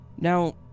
Now